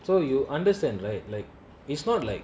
so you understand right like it's not like